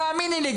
ותאמיני לי,